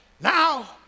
Now